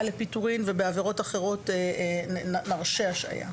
לפיטורין ובעבירות אחרות נרשה השעיה,